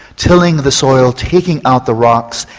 tilling the soil, taking out the rocks,